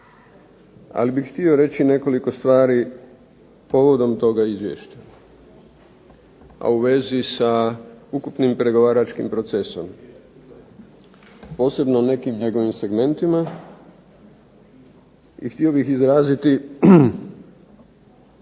Ali bih htio reći nekoliko stvari povodom toga izvješća, a u vezi sa ukupnim pregovaračkim procesom, posebno nekim njegovim segmentima. I htio bih izraziti